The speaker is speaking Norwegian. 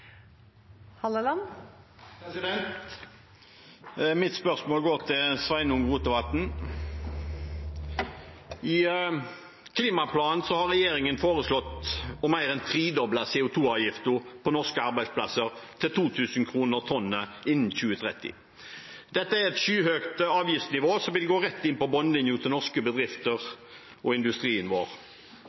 Mitt spørsmål går til statsråd Sveinung Rotevatn. I klimaplanen har regjeringen foreslått mer enn en tredobling av CO 2 -avgiften på norske arbeidsplasser, til 2 000 kr per tonn innen 2030. Dette er et skyhøyt avgiftsnivå, som vil gå rett inn på bunnlinjen til norske bedrifter og industrien vår.